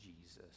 Jesus